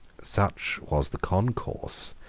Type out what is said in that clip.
such was the concourse,